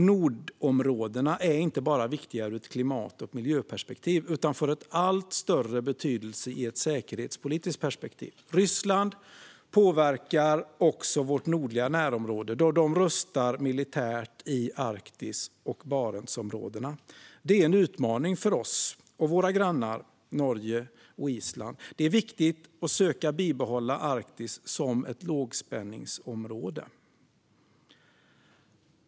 Nordområdena är inte bara viktiga ur ett klimat och miljöperspektiv utan får även allt större betydelse ur ett säkerhetspolitiskt perspektiv. Ryssland påverkar också vårt nordliga närområde, då landet rustar militärt i Arktis och Barentsområdena. Det är en utmaning för oss och för våra grannar Norge och Island. Det är viktigt att söka bibehålla Arktis som ett lågspänningsområde.